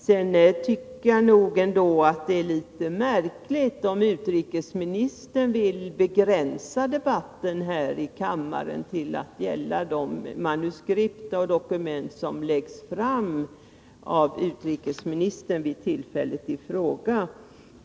Sedan tycker jag att det är litet märkligt om utrikesministern vill begränsa debatten här i kammaren till att gälla de manuskript och dokument som läggs fram av utrikesministern vid tillfället i fråga.